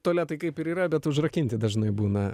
tualetai kaip ir yra bet užrakinti dažnai būna